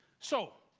so,